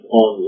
on